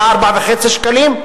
היה 4.5 שקלים,